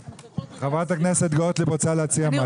חברת הכנסת גוטליב רוצה להציע משהו.